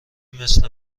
مثل